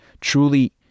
truly